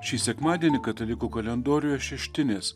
šį sekmadienį katalikų kalendoriuje šeštinės